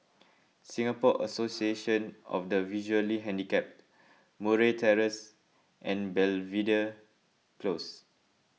Singapore Association of the Visually Handicapped Murray Terrace and Belvedere Close